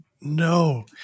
no